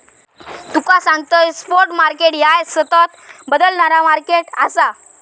तुका सांगतंय, spot market ह्या सतत बदलणारा मार्केट आसा